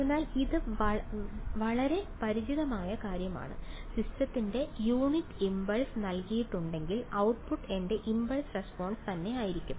അതിനാൽ ഇത് വളരെ പരിചിതമായ കാര്യമാണ് സിസ്റ്റത്തിന് യൂണിറ്റ് ഇംപൾസ് നൽകിയിട്ടുണ്ടെങ്കിൽ ഔട്ട്പുട്ട് എന്റെ ഇംപൾസ് റെസ്പോൺസ് തന്നെയായിരിക്കും